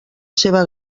seva